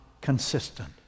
consistent